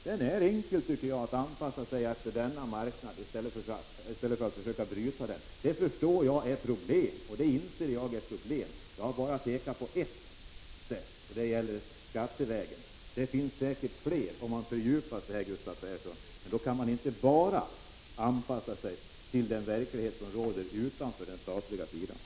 Det är enkelt att anpassa sig till marknaden i stället för att försöka bryta mot den. Jag inser att det senare skapar problem, och jag har bara pekat på ett sätt att lösa dem, nämligen skattevägen. Man kan säkerligen finna flera sätt, Gustav Persson, om man fördjupar sig i frågan, men man kan inte enbart anpassa sig till den verklighet som råder utanför det statliga området.